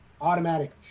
automatic